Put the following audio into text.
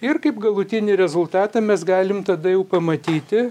ir kaip galutinį rezultatą mes galim tada jau pamatyti